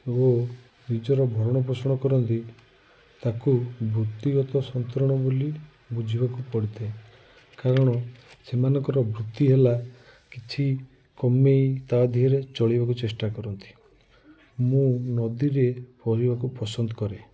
ଏବଂ ଫି୍ୟୁଚର ର ଭରଣ ପୋଷଣ କରନ୍ତି ତାକୁ ବୃତ୍ତିଗତ ସନ୍ତରଣ ବୋଲି ବୁଝିବାକୁ ପଡ଼ିଥାଏ କାରଣ ସେମାନଙ୍କର ବୃତ୍ତି ହେଲା କିଛି କମାଇ ତା ଦିହରେ ଚଳିବାକୁ ଚେଷ୍ଟା କରନ୍ତି ମୁଁ ନଦୀରେ ପହଁରିବାକୁ ପସନ୍ଦ କରେ